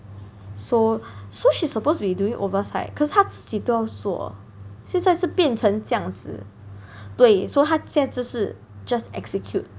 so so she's supposed to be doing oversight 可是他自己都要做现在是变成这样子对 so 他现在就是 just execute